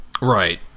Right